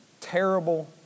terrible